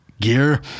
gear